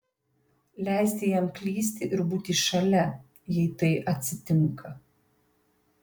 leisti jam klysti ir būti šalia jei tai atsitinka